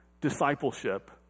discipleship